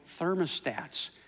thermostats